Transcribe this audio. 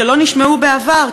שלא נשמעו בעבר,